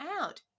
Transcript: out